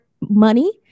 money